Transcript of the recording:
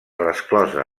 resclosa